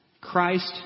Christ